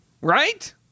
Right